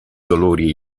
dolori